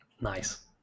nice